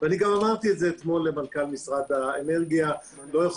גם אמרתי אתמול למנכ"ל משרד האנרגיה לא יכול